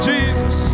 Jesus